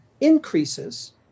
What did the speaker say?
increases